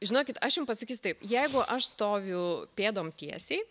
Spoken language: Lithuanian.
žinokit aš jum pasakysiu taip jeigu aš stoviu pėdom tiesiai